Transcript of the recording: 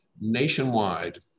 nationwide